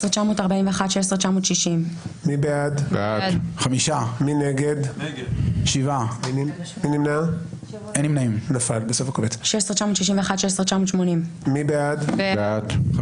16,661 עד 16,680. מי בעד?